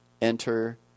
enter